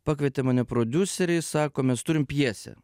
pakvietė mane prodiuseriai sako mes turim pjesę